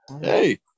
hey